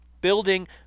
building